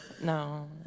No